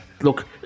look